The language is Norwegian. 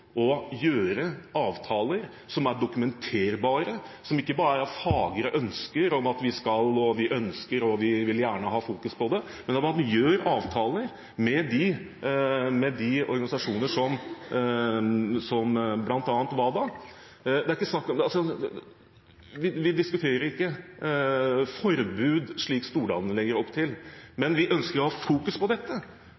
og gjøre avtaler som er dokumenterbare, som ikke bare er fagre ønsker om at vi skal, ønsker og gjerne vil ha fokus på det, men at man gjør avtaler med organisasjoner som bl.a. WADA. Vi diskuterer ikke forbud, slik Stordalen legger opp til,